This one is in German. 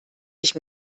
ich